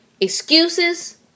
Excuses